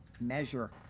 measure